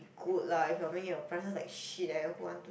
good lah if I mean your prices like shit who want to